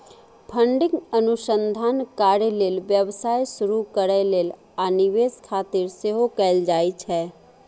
funding अनुसंधान कार्य लेल, व्यवसाय शुरू करै लेल, आ निवेश खातिर सेहो कैल जाइ छै